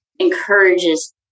encourages